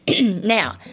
Now